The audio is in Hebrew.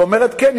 שאומרת: כן,